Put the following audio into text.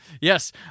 Yes